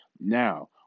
Now